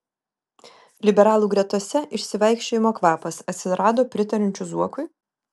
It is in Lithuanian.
liberalų gretose išsivaikščiojimo kvapas atsirado pritariančių zuokui